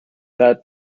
that